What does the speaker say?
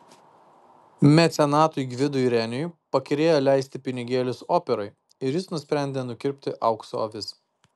mecenatui gvidui reniui pakyrėjo leisti pinigėlius operai ir jis nusprendė nukirpti aukso avis